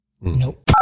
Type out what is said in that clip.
Nope